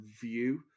view